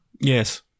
Yes